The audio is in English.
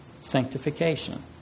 sanctification